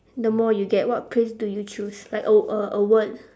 the more you get what phrase do you choose like a err a word